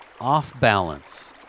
off-balance